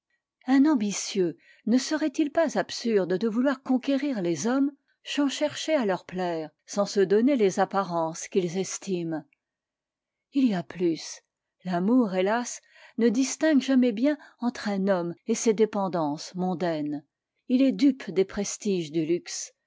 un ambitieux ne serait-il pas absurde de vouloir conquérir les hommes sans chercher à leur plaire sans se donner les apparences qu'ils estiment il y a plus l'amour hélas ne distingue jamais bien entre un homme et ses dépendances mondaines il est dupe des prestiges du luxe